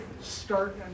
start